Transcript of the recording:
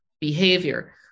behavior